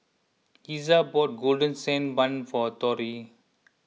Iza bought Golden Sand Bun for Torrie